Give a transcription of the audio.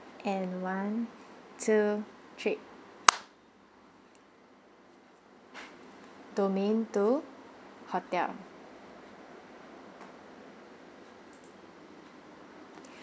and one two three domain two hotel